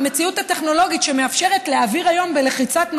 המציאות הטכנולוגית שמאפשרת להעביר היום בלחיצה,